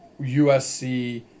USC